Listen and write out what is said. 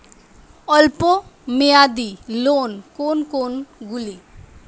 অল্প মেয়াদি লোন কোন কোনগুলি?